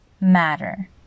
matter